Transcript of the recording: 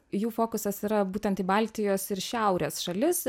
jų fokusas yra būtent į baltijos ir šiaurės šalis